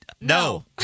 No